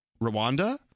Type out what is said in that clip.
Rwanda